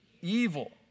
evil